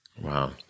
Wow